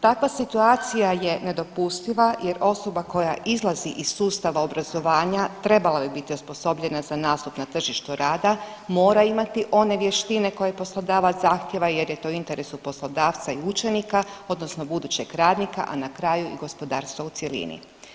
Takva je situacija je nedopustiva jer osoba koja izlazi iz sustava obrazovanja, trebala bi biti osposobljena za nastup na tržištu rada, mora imati one vještine koje poslodavac zahtjeva jer je to u interesu poslodavca i učenika, odnosno budućeg radnika, a na kraju i gospodarstva u cjelini.